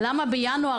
למה בינואר?